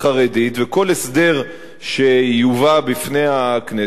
וכל הסדר שיובא בפני הכנסת צריך,